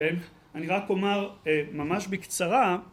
אני רק אומר ממש בקצרה